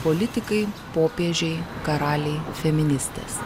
politikai popiežiai karaliai feministės